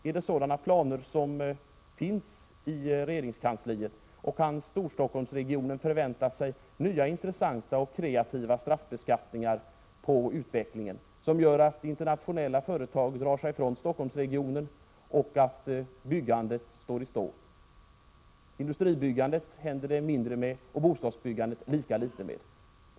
Är det sådana planer som finns i regeringskansliet, och kan Storstockholmsregionen förvänta sig nya, intressanta och kreativa straffbeskattningar på utvecklingen, som gör att internationella företag drar sig från Stockholmsregionen och att byggandet går i stå? Industribyggandet händer det mindre med, och bostadsbyggandet lika litet med.